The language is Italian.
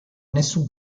nessun